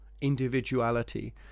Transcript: individuality